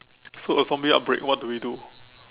so a zombie outbreak what do we do